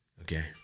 okay